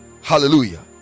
hallelujah